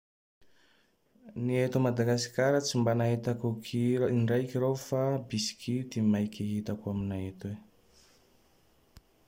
Ny eto Madagasikara tsy mba nahitako kira indraiky reo fa bisky ty maiky hitako aminay atoy.